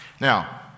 Now